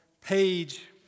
page